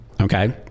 okay